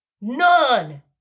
None